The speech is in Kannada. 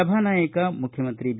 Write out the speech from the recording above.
ಸಭಾ ನಾಯಕ ಮುಖ್ಯಮಂತ್ರಿ ಬಿ